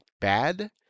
bad